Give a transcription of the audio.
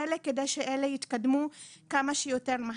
כדי שהם יתקדמו כמה שיותר מהר.